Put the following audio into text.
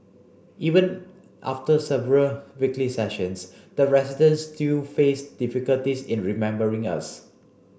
even after several weekly sessions the residents still faced difficulties in remembering us